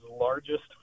largest